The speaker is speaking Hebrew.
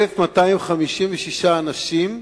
1,256 אנשים,